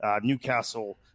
Newcastle